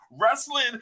wrestling